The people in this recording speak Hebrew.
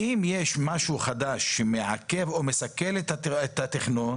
אם יש משהו חדש שמעכב או מסכל את התכנון,